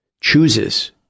chooses